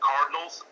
Cardinals